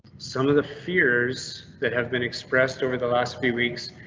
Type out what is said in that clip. some of the fears that have been expressed over the last few weeks.